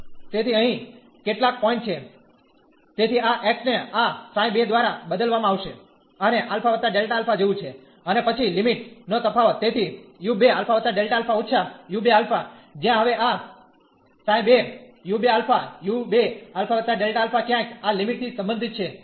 તેથી અહીં કેટલાક પોઇન્ટ છે તેથી આ x ને આ ξ 2 દ્વારા બદલવામાં આવશે અને α Δα જેવું છે અને પછી લિમીટ નો તફાવત તેથી u2 α Δα −u2α જ્યાં હવે આ ξ 2 ∈u2 α u2 α Δ α ક્યાંક આ લિમીટ થી સંબંધિત છે